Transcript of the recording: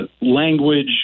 language